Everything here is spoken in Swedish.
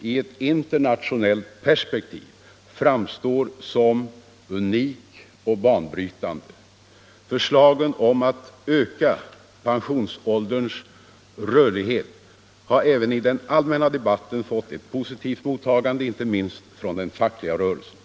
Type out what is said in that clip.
i ett internationellt perspektiv framstår som unik och banbrytande. Förslagen om att öka pensionsålderns rörlighet har även i den allmänna debatten fått ett positivt mottagande, inte minst från den fackliga rörelsen.